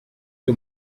que